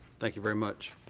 thank you very much.